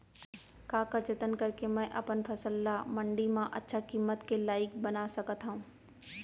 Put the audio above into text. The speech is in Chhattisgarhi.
का का जतन करके मैं अपन फसल ला मण्डी मा अच्छा किम्मत के लाइक बना सकत हव?